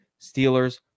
Steelers